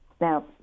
Now